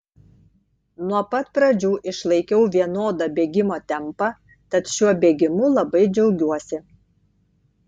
nuo pat pradžių išlaikiau vienodą bėgimo tempą tad šiuo bėgimu labai džiaugiuosi